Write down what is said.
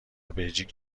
بلژیک